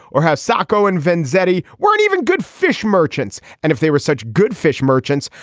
or how sacco and vanzetti weren't even good fish merchants. and if they were such good fish merchants,